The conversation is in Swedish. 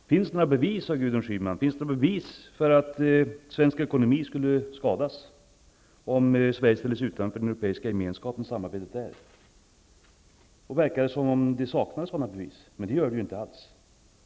Herr talman! Gudrun Schyman frågade om det finns några bevis för att svensk ekonomi skulle skadas om Sverige ställer sig utanför samarbetet inom den europeiska gemenskapen. Hon fick det att låta som om det saknades sådan bevis, men så är ju alls inte fallet.